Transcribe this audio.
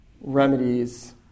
remedies